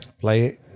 play